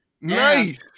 nice